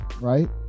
right